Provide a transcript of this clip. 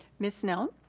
ms. snell.